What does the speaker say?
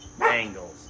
angles